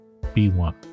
B1